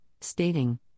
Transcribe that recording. stating